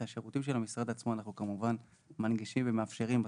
את השירותים של המשרד עצמו אנחנו כמובן מנגישים ומאפשרים.